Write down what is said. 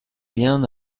bien